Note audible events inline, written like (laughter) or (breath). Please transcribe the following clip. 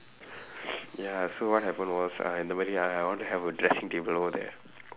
(breath) ya so what happen was uh nobody ah I want to have a dressing table all there